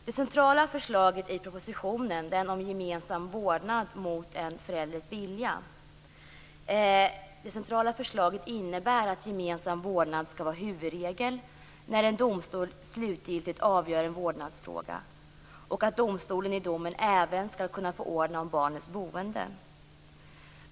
Det centrala förslaget i propositionen, nämligen det om gemensam vårdnad mot föräldrarnas vilja, innebär att gemensam vårdnad skall vara huvudregel när en domstol slutgiltigt avgör en vårdnadsfråga och att domstolen i domen även skall kunna ge order om barnets boende.